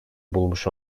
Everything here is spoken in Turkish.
bulmuş